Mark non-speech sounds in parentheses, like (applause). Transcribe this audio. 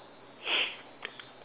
(noise)